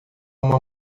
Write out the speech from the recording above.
uma